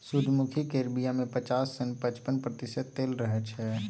सूरजमुखी केर बीया मे पचास सँ पचपन प्रतिशत तेल रहय छै